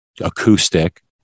acoustic